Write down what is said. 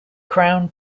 crown